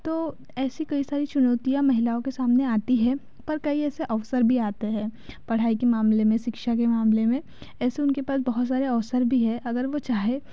तो ऐसी कई सारी चुनौतियाँ महिलाओं के सामने आती हैं पर कई ऐसे अवसर भी आते हैं पढ़ाई के मामले में शिक्षा के मामले में ऐसे उनके पास बहुत आरे अवसर भी हैं अगर वो चाहे